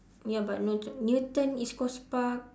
ya but newton newton east-coast-park